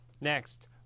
Next